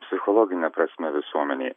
psichologine prasme visuomenei